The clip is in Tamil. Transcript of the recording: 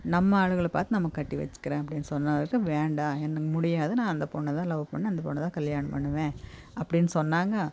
நம்ம ஆளுங்களை பார்த்து நம்ம கட்டி வச்சிக்கிறேன் அப்படின்னு சொன்னதுக்கு வேண்டாம் என்ன முடியாது நான் அந்த பொண்ணை தான் லவ் பண்ணேன் அந்த பொண்ணை தான் கல்யாணம் பண்ணுவேன் அப்படின்னு சொன்னாங்க